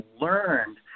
learned